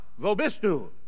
Vobistu